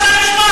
זה לא חוקי.